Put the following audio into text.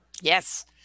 Yes